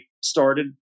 started